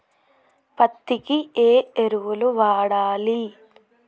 పత్తి కి ఏ ఎరువులు వాడాలి?